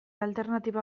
alternatiba